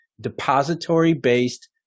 depository-based